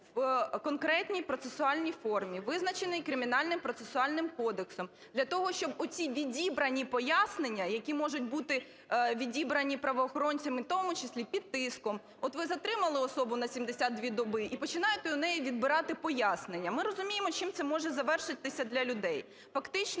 в конкретній процесуальній формі, визначеній Кримінально-процесуальним кодексом, для того щоб оці відібрані пояснення, які можуть бути відібрані правоохоронцями, в тому числі під тиском. От ви затримали особу на 72 доби і починаєте відбирати у неї пояснення. Ми розуміємо чим це може завершитися для людей